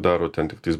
daro ten tiktais